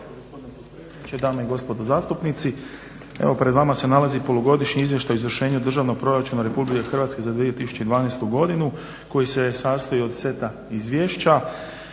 Hvala vam